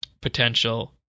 potential